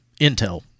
intel